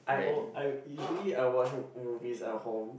I al~ I usually I watch m~ movies at home